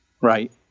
right